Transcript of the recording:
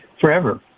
forever